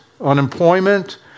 unemployment